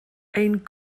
ein